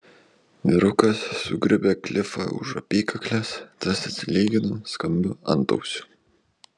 vyrukas sugriebė klifą už apykaklės tas atsilygino skambiu antausiu